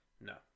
no